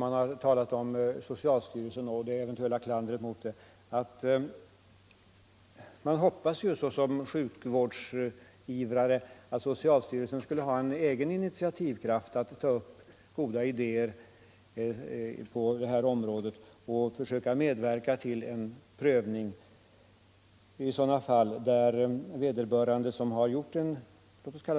På tal om socialstyrelsen och det eventuella klandret mot den hoppas jag ju såsom sjukvårdsivrare att socialstyrelsen skulle ha en egen initiativkraft att ta upp goda idéer på sjukvårdsområdet och försöka medverka till en prövning i sådana fall där någon har gjort en